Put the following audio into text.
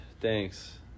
thanks